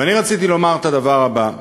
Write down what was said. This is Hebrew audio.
ואני רציתי לומר את הדבר הבא,